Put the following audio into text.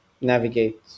navigate